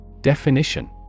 Definition